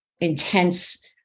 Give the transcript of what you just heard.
intense